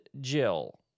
Jill